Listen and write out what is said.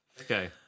okay